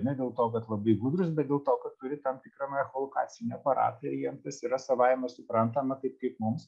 ne dėl to kad labai gudrūs bet dėl to kad kuri tam tikrą echolokacinį aparatą ir jiem tas yra savaime suprantama taip kaip mums